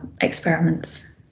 experiments